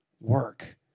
work